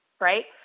right